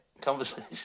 conversation